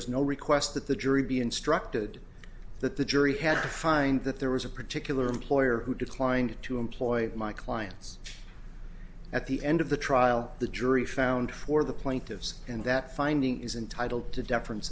was no request that the jury be instructed that the jury had to find that there was a particular employer who declined to employ my clients at the end of the trial the jury found for the plaintiffs and that finding is entitled to deference